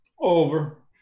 Over